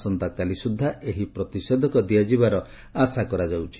ଆସନ୍ତାକାଲି ସୁଦ୍ଧା ଏହି ପ୍ରତିଷେଧକ ଦିଆଯିବାର ଆଶା କରାଯାଉଛି